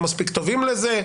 לא מספיק טובים לזה,